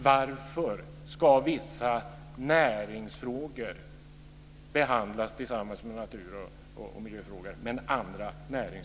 Varför ska vissa näringsfrågor behandlas tillsammans med natur och miljöfrågor och andra inte? Fru talman!